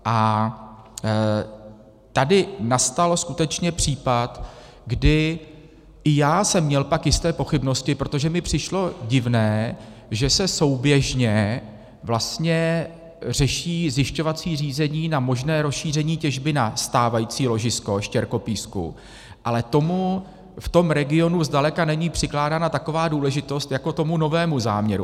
A tady nastal skutečně případ, kdy i já jsem měl pak jisté pochybnosti, protože mi přišlo divné, že se souběžně vlastně řeší zjišťovací řízení na možné rozšíření těžby na stávající ložisko štěrkopísku, ale tomu v tom regionu zdaleka není přikládána taková důležitost jako tomu nového záměru.